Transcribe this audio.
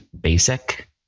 basic